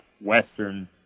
western